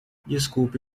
desculpe